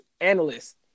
analysts